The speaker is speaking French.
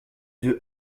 deux